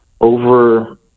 over